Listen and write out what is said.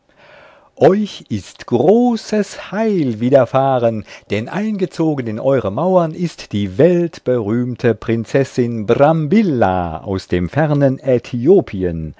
euch ist großes heil widerfahren denn eingezogen in eure mauern ist die weltberühmte prinzessin brambilla aus dem fernen